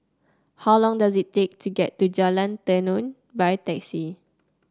how long does it take to get to Jalan Tenon by taxi